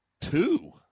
two